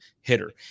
hitter